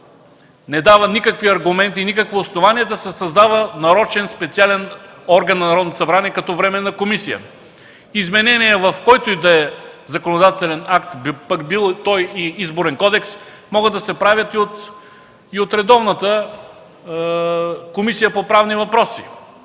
не дава никакви аргументи и никакво основание да се създава нарочен специален орган на Народното събрание като временна комисия. Изменения, в който и да е законодателен акт, пък бил той и Изборен кодекс, могат да се правят и от редовната Комисия по правни въпроси.